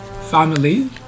family